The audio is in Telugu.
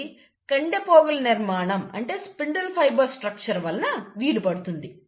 ఇది కండె పోగుల నిర్మాణం వలన వీలుపడుతుంది